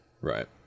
Right